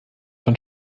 von